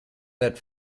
that